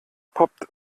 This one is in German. poppt